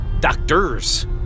doctors